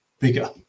bigger